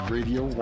Radio